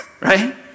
right